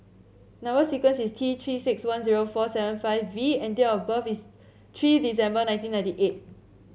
number sequence is T Three six one zero four seven five V and date of birth is three December nineteen ninety eight